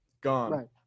gone